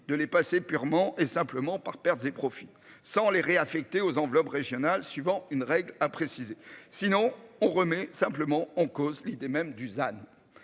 de les passer purement et simplement par pertes et profits sans les réaffecter aux enveloppes régionales suivant une règle a précisé sinon on remet simplement en cause l'idée même Dusan.